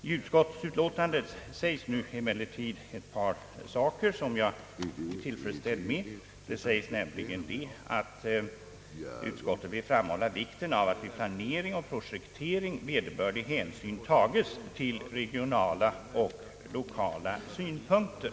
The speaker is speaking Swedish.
I utskottsutlåtandet sägs emellertid ett par saker, som jag är tillfredsställd med. Utskottet vill nämligen framhålla vikten av att vid planering och projektering vederbörlig hänsyn tas till regionala och lokala synpunkter.